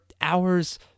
hours